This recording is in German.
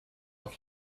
auf